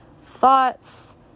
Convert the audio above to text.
thoughts